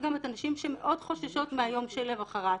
גם את הנשים שמאוד חוששות מהיום שלמחרת.